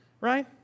right